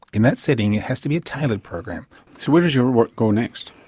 in that setting it has to be a tailored program. so where does your work go next?